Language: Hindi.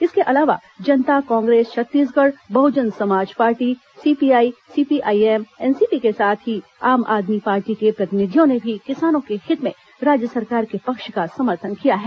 इसके अलावा Janata Congress Chhattisgarh Bahujan Samaj Party CPI CPIM NCP के साथ ही आम आदमी पार्टी के प्रतिनिधियों ने भी किसानों के हित में राज्य सरकार के पक्ष का समर्थन किया है